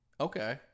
Okay